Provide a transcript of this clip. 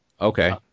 okay